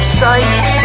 sight